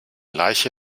leiche